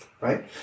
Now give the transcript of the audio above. right